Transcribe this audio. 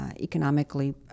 economically